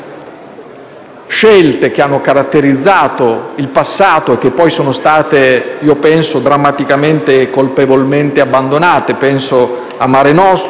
scelte che hanno caratterizzato il passato e che poi sono state drammaticamente e colpevolmente abbandonate. Penso a Mare Nostrum.